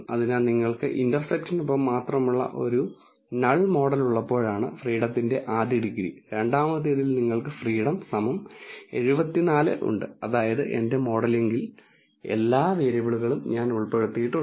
അതിനാൽ നിങ്ങൾക്ക് ഇന്റർസെപ്റ്റിനൊപ്പം മാത്രമുള്ള ഒരു നൾ മോഡൽ ഉള്ളപ്പോഴാണ് ഫ്രീഡത്തിന്റെ ആദ്യ ഡിഗ്രി രണ്ടാമത്തേതിൽ നിങ്ങൾക്ക് ഫ്രീഡം 74 ഉണ്ട് അതായത് എന്റെ മോഡലിംഗിൽ എല്ലാ വേരിയബിളുകളും ഞാൻ ഉൾപ്പെടുത്തിയിട്ടുണ്ട്